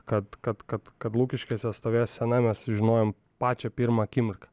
kad kad kad kad lukiškėse stovės scena mes sužinojom pačią pirmą akimirką